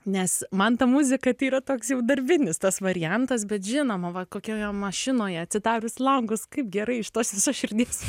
nes man ta muzika tai yra toks jau darbinis tas variantas bet žinoma va kokioje mašinoje atsidarius langus kaip gerai iš tos visos širdies